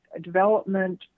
development